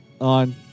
on